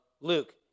Luke